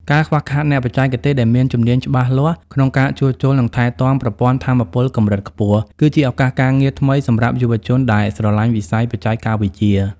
ការខ្វះខាតអ្នកបច្ចេកទេសដែលមានជំនាញច្បាស់លាស់ក្នុងការជួសជុល និងថែទាំប្រព័ន្ធថាមពលកម្រិតខ្ពស់ គឺជាឱកាសការងារថ្មីសម្រាប់យុវជនដែលស្រឡាញ់វិស័យបច្ចេកវិទ្យា។